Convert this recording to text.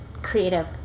Creative